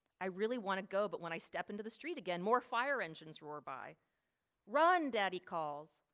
i really want to go but when i step into the street again, more fire engines roar by run daddy calls,